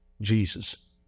Jesus